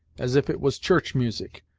as if it was church music,